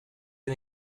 ihr